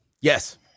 Yes